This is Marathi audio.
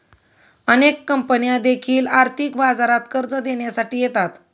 अनेक कंपन्या देखील आर्थिक बाजारात कर्ज देण्यासाठी येतात